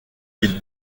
ils